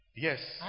Yes